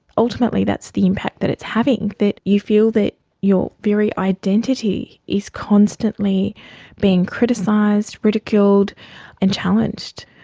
ultimately that's the impact that it's having, that you feel that your very identity is constantly being criticised, ridiculed and challenged.